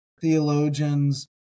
theologians